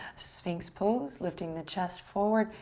sphinx pose. lifting the chest forward.